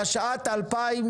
תשע"ט 2019.."